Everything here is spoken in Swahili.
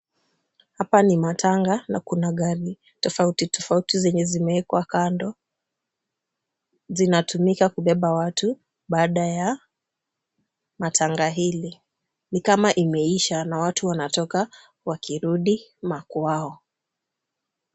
Hapa ni matanga na kuna gari tofauti tofauti zenye zimewekwa kando, zinatumika kubeba watu baada ya matanga hili. Ni kama imeisha na watu wanatoka wakirudi makwao.